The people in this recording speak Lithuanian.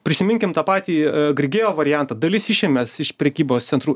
prisiminkim tą patį grigeo variantą dalis išėmės iš prekybos centrų